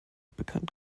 bekannt